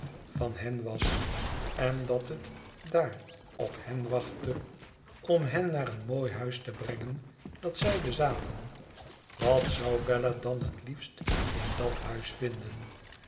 van hen was en dat het daar op hen wachtte om hen naar een mooi huis te brengen dat zij bezaten wat zou bella dan het liefst in dat huis vinden